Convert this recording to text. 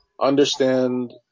understand